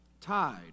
tied